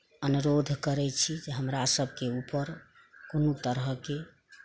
अनरोध करै छी जे हमरा सबके ऊपर कोनो तरहके